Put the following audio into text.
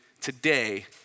today